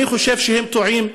אני חושב שהם טועים,